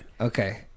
Okay